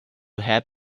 head